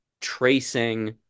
tracing